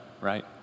right